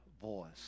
voice